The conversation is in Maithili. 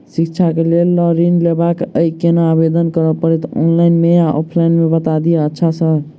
शिक्षा केँ लेल लऽ ऋण लेबाक अई केना आवेदन करै पड़तै ऑनलाइन मे या ऑफलाइन मे बता दिय अच्छा सऽ?